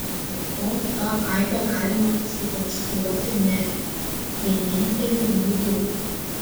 be to tą aibę galima sukonstruoti ne vieninteliu būdu